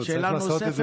שאלה נוספת,